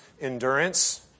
endurance